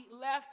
left